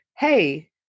hey